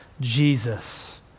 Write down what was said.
Jesus